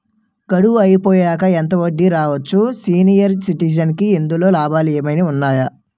గడువు అయిపోయాక ఎంత వడ్డీ రావచ్చు? సీనియర్ సిటిజెన్ కి ఇందులో లాభాలు ఏమైనా ఉన్నాయా?